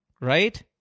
Right